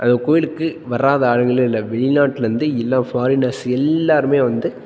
அந்தக் கோவிலுக்கு வராத ஆளுங்களே இல்லை வெளிநாட்டில் இருந்து எல்லா ஃபாரினர்ஸ் எல்லோருமே வந்து